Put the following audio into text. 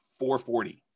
440